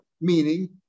meaning